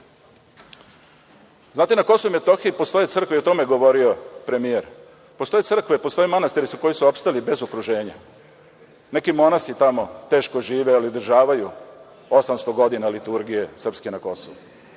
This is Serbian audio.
na Kosovu i Metohiji postoje crkve, i o tome je govorio premijer, postoje manastiri koji su opstali bez okruženja, neki monasi tamo teško žive, ali održavaju 800 godina liturgije srpske na Kosovu.